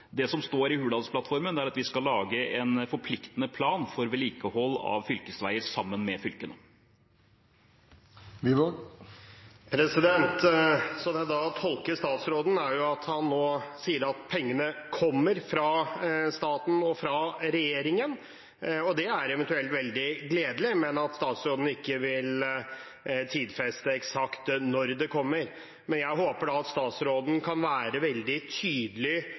Det som står i Hurdalsplattformen, er at vi skal lage en forpliktende plan for vedlikehold av fylkesveier sammen med fylkene. Slik jeg tolker statsråden, sier han at pengene kommer fra staten og fra regjeringen – og det er eventuelt veldig gledelig – men at statsråden ikke vil tidfeste eksakt når det kommer. Men jeg håper da at statsråden kan være veldig tydelig